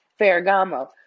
Ferragamo